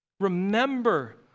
Remember